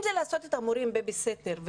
אם זה לעשות את המורים בייבי סיטר,